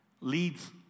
leads